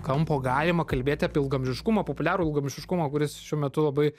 kampo galima kalbėti apie ilgaamžiškumą populiarų ilgaamžiškumą kuris šiuo metu labai